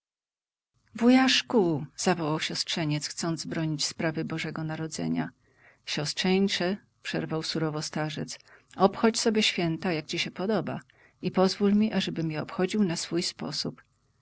tak jest wujaszku zawołał siostrzeniec chcąc bronić sprawy bożego narodzenia siostrzeńcze przerwał surowo starzec obchodź sobie święta jak ci się podoba i pozwól mi ażebym je obchodził na swój sposób